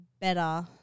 better